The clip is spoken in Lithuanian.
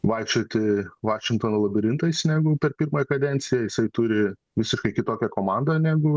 vaikščioti vašingtono labirintais negu per pirmąją kadenciją jisai turi visiškai kitokią komandą negu